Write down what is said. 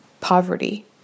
poverty